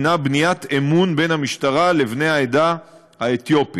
בניית אמון בין המשטרה לבני העדה האתיופית.